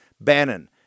Bannon